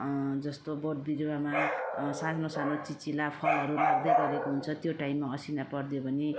जस्तो बोट बिरुवामा सानो सानो चिचिला फलहरू लाग्दै गरेको हुन्छ त्यो टाइममा असिना परिदियो भने